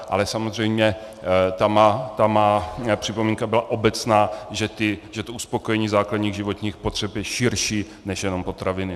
Ale samozřejmě ta má připomínka byla obecná, že to uspokojení základních životních potřeb je širší než jenom potraviny.